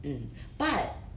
mm but